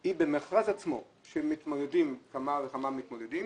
היא במכרז עצמו, בו מתמודדים כמה וכמה מועמדים,